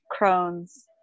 Crohn's